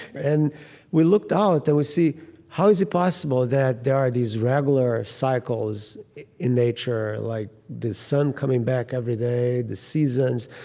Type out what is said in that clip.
and we looked out and we see how is it possible that there are these regular cycles in nature like the sun coming back every day the seasons.